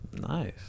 nice